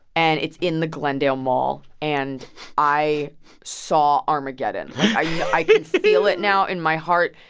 and it's in the glendale mall. and i saw armageddon. i can feel it now in my heart.